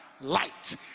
Light